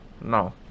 No